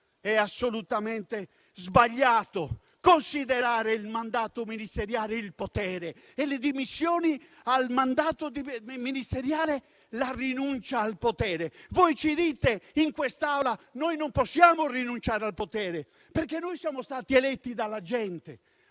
È assolutamente sbagliato considerare il mandato ministeriale come il potere e le dimissioni dal mandato ministeriale come la rinuncia al potere. In quest'Aula ci dite di non poter rinunciare al potere, perché siete stati eletti dalla gente,